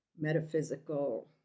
metaphysical